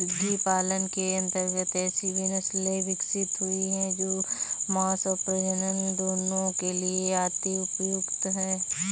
मुर्गी पालन के अंतर्गत ऐसी भी नसले विकसित हुई हैं जो मांस और प्रजनन दोनों के लिए अति उपयुक्त हैं